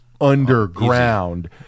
underground